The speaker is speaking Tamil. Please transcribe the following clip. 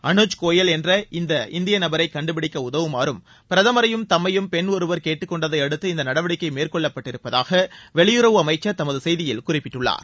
அனுஜ் கோயல் என்ற இந்த இந்திய நபரை கண்டுபிடிக்க உதவுமாறும் பிரதமரையும் தம்மையும் பெண் ஒருவர் கேட்டுக்கொண்டதை அடுத்து இந்த நடவடிக்கை மேற்கொள்ளப்பட்டிருப்பதாக வெளியறவு அமைச்சர் தமது செய்தியில் குறிப்பிட்டுள்ளார்